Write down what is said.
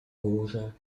górze